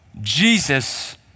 Jesus